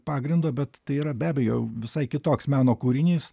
pagrindo bet tai yra be abejo visai kitoks meno kūrinys